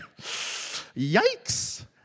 Yikes